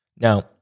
Now